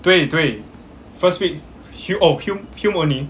对对 first week hume oh hume hume only